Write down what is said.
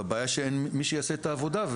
הבעיה היא שאין מי שיעשה את העבודה.